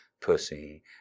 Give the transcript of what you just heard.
pussy